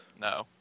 No